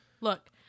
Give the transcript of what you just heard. Look